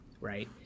right